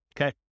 Okay